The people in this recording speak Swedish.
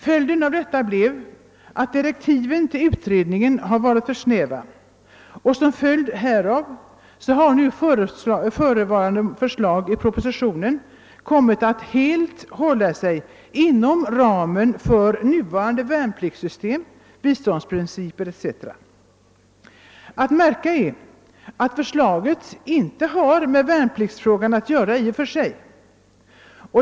Följden av detta blev att direktiven till utredningen blev för snäva, och nu förevarande förslag i propositionen har kommit att helt hålla sig inom ramen för nu gällande värnpliktssystem, biståndsprinciper etc. Att märka är, att förslaget inte har med värnpliktsfrågan att göra i och för sig.